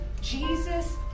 Jesus